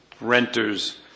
renters